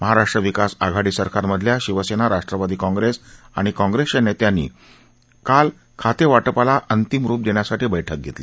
महाराष्ट्र विकास आघाडी सरकारमधल्या शिवसेना राष्ट्रवादी काँग्रेस आणि काँग्रेसच्या नेत्यांनी काल खातेवाटपाला अंतिम रुप देण्यासाठी बैठक घेतली